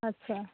अच्छा